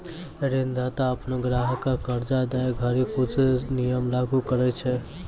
ऋणदाता अपनो ग्राहक क कर्जा दै घड़ी कुछ नियम लागू करय छै